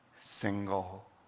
single